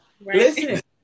Listen